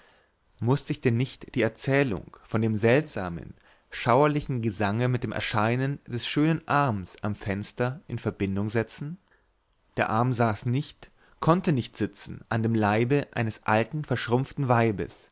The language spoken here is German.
mußte ich denn nicht die erzählung von dem seltsamen schauerlichen gesange mit dem erscheinen des schönen arms am fenster in verbindung setzen der arm saß nicht konnte nicht sitzen an dem leibe eines alten verschrumpften weibes